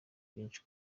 byinshi